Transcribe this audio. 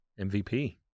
MVP